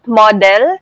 model